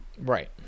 Right